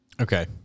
Okay